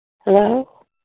Hello